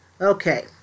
Okay